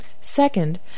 Second